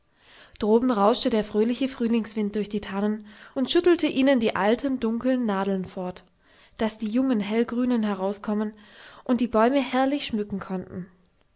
droben rauschte der fröhliche frühlingswind durch die tannen und schüttelte ihnen die alten dunkeln nadeln fort daß die jungen hellgrünen herauskommen und die bäume herrlich schmücken konnten